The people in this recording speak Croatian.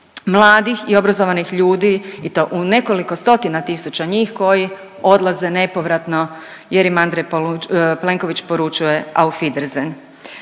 mladih i obrazovanih ljudi i to u nekoliko stotina tisuća njih koji odlaze nepovratno jer im Andrej Plenković poručuje auf wiedersehen.